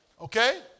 Okay